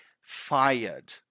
fired